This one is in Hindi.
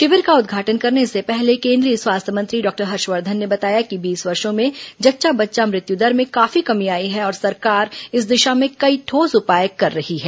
शिविर का उद्घाटन करने से पहले केंद्रीय स्वास्थ्य मंत्री डॉक्टर हर्षवर्धन ने बताया कि बीस वर्षो में जच्चा बच्चा मृत्यु दर में काफी कमी आई है और सरकार इस दिशा में कई ठोस उपाय कर रही है